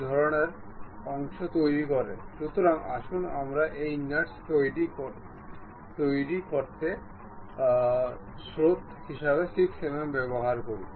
এই মেটে আমরা একে অপরের প্যারালেল দুটি প্লেন তৈরি করতে পারি